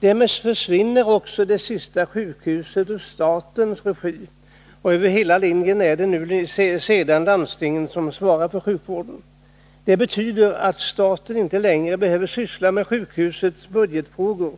Därmed försvinner det sista sjukhuset i statens regi, och över hela linjen är det sedan landstingen som svarar för sjukvården. Det betyder att staten inte längre behöver syssla med sjukhusets budgetfrågor.